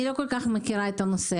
אני לא כל כך מכירה את הנושא.